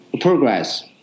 progress